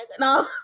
no